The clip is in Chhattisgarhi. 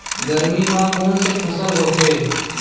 गरमी मा कोन से फसल होथे?